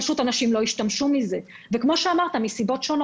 פשוט אנשים לא השתמשו בזה, מכל מיני סיבות.